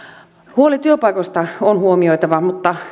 huoli työpaikoista on huomioitava mutta